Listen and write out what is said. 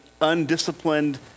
undisciplined